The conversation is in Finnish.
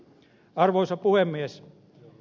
arvoisa puhemies